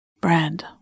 Bread